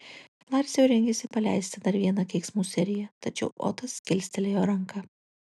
laris jau rengėsi paleisti dar vieną keiksmų seriją tačiau otas kilstelėjo ranką